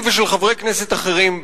שלי ושל חברי כנסת אחרים,